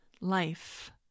life